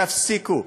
תפסיקו.